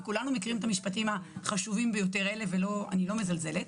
וכולנו מכירים את המשפטים החשובים ביותר האלה ואני לא מזלזלת.